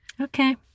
Okay